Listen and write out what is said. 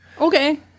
Okay